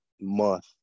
month